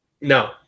No